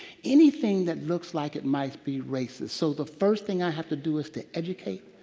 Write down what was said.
anything that looks like it might be racist. so the first thing i have to do is to educate,